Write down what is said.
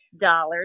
dollars